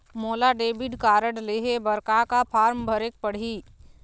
मोला debit card लेहे बर का का फार्म भरेक पड़ही?